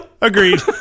Agreed